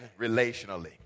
relationally